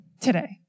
today